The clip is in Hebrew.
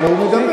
אבל הוא מדבר.